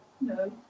No